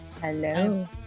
Hello